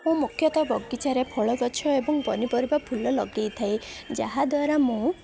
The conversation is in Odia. ମୁଁ ମୁଖ୍ୟତଃ ବଗିଚାରେ ଫଳ ଗଛ ଏବଂ ପନିପରିବା ଫୁଲ ଲଗେଇଥାଏ ଯାହାଦ୍ୱାରା ମୁଁ